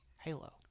Halo